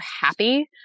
happy